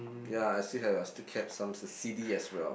ya I still have I still kept some C_D as well